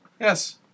Yes